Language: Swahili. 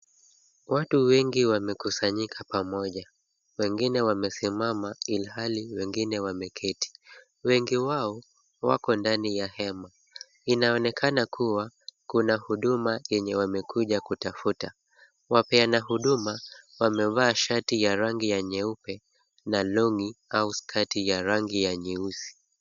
Watu wengi wamekusanyika pamoja. Wengine wamesimama ilhali wengine wameketi. Wengi wao wako ndani ya hema. Inaonekana kuwa kuna huduma yenye wamekuja kutafuta. Wapeana huduma wamevaa shati ya rangi ya nyeupe na long'i au sketi ya rangi ya nyeusi.